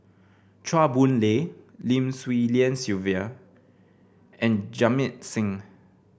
Chua Boon Lay Lim Swee Lian Sylvia and Jamit Singh